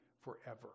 forever